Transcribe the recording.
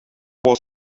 wars